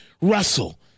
Russell